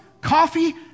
coffee